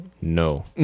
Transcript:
No